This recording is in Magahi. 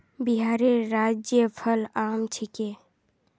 बिहारेर राज्य फल आम छिके